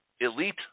Elite